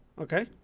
Okay